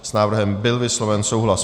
S návrhem byl vysloven souhlas.